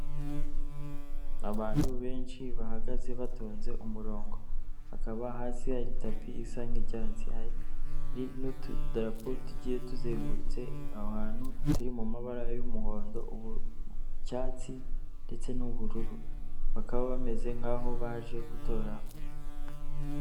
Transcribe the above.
Abantu benshi bahagaze batonze umurongo, hakaba hasi hari tapi isa nk'icyatsi, hari n'utudarapo tugiye tuzengurutse aha hantu turi mu mabara y'umuhondo n'cyatsi, ndetse n'ubururu, bakaba bameze nkaho baje gutora.